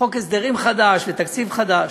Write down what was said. חוק הסדרים חדש ותקציב חדש.